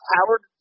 Howard